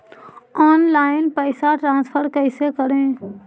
Online पैसा transfer कैसे करे?